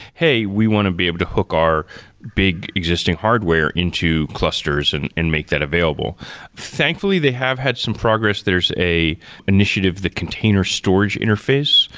hey, we want to be able to hook our big existing hardware into clusters and and make that available thankfully, they have had some progress. there's a initiative, the container storage interface,